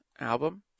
album